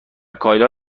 کایلا